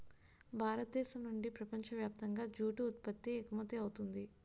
భారతదేశం నుండి ప్రపంచ వ్యాప్తంగా జూటు ఉత్పత్తి ఎగుమవుతుంది